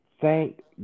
Thank